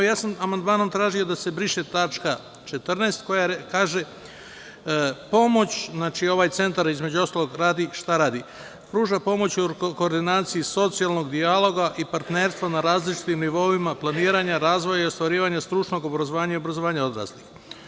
Amandmanom sam tražio da se briše tačka 14. koja kaže – Pomoć, ovaj Centar, između ostalog radi šta radi, pruža pomoć u koordinaciji socijalnog dijaloga i partnerstva na različitim nivoima, planiranja, razvoja i ostvarivanja stručnog obrazovanja i obrazovanja odraslih.